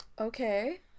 Okay